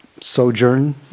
sojourn